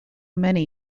many